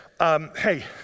Hey